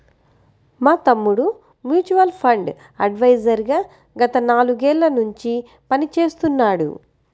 మా తమ్ముడు mutual fund adviser గా గత నాలుగేళ్ళ నుంచి పనిచేస్తున్నాడు